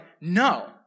no